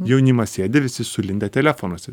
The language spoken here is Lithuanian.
jaunimas sėdi visi sulindę telefonuose